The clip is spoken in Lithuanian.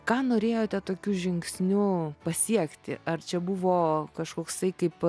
ką norėjote tokiu žingsniu pasiekti ar čia buvo kažkoksai kaip